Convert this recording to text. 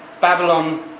Babylon